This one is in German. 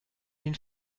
den